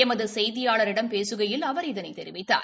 எமதுசெய்தியாளரிடம் பேசுகையில் அவர் இதனைத் தெரிவித்தார்